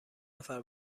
نفر